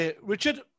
Richard